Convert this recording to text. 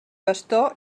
bastó